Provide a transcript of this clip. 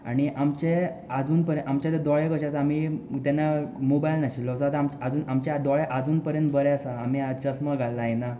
आनी आमचे आजून परे आमचे आतां दोळे कशे आसता की आमी तेन्ना मोबायल नाशिल्लो सो आमचे आतां दोळे आजून परेन बरे आसा आमी चस्मो घाल लायना